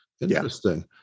Interesting